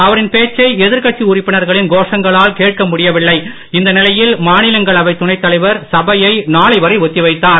அவரின் எதிர்க்கட்சி பேச்சை உறுப்பினர்களின் கோஷங்களால் கேட்கமுடியவில்லை இந்த நிலையில் மாநிலங்களவை துணைத்தலைவர் சபையை நாளை வரை ஒத்தி வைத்தார்